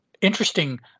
interesting